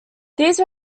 these